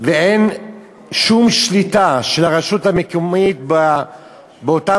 ואין שום שליטה של הרשות המקומית באותם